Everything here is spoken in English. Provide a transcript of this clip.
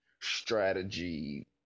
strategy